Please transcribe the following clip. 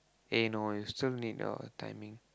eh no you still need your timing